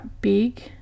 big